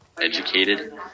educated